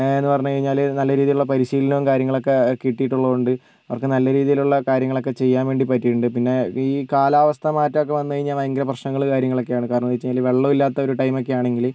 എന്ന് പറഞ്ഞുകഴിഞ്ഞാൽ നല്ല രീതിയിലുള്ള പരിശീലനവും കാര്യങ്ങളൊക്കെ കിട്ടിയിട്ടുള്ളതുകൊണ്ട് അവർക്ക് നല്ല രീതിയിലുള്ള കാര്യങ്ങളൊക്കെ ചെയ്യാൻ വേണ്ടി പറ്റിയിട്ടുണ്ട് പിന്നെ ഈ കാലാവസ്ഥ മാറ്റം ഒക്കെ വന്നുകഴിഞ്ഞാൽ ഭയങ്കര പ്രശ്നങ്ങൾ കാര്യങ്ങളൊക്കെയാണ് കാരണം എന്താണ് വെച്ചുകഴിഞ്ഞാൽ വെള്ളം ഇല്ലാത്തൊരു ടൈം ഒക്കെ ആണെങ്കിൽ